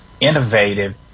innovative